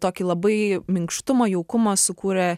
tokį labai minkštumo jaukumo sukūrė